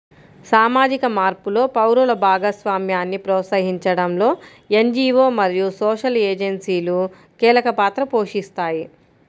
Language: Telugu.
సామాజిక మార్పులో పౌరుల భాగస్వామ్యాన్ని ప్రోత్సహించడంలో ఎన్.జీ.వో మరియు సోషల్ ఏజెన్సీలు కీలక పాత్ర పోషిస్తాయి